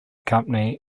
company